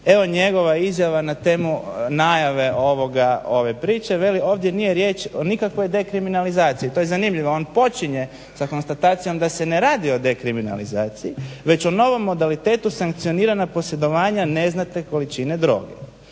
Evo njegova izjava na temu najave ove priče, veli ovdje nije riječ o nikakvoj dekriminalizaciji. To je zanimljivo on počinje sa konstatacijom da se ne radi o dekriminalizaciji već o novom modalitetu sankcioniranja posjedovanja neznatne količine droge.